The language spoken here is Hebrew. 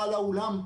בעל האולם,